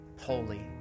holy